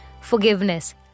forgiveness